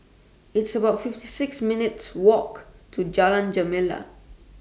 It's about fifty six minutes' Walk to Jalan Gemala